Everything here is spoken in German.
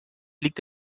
liegt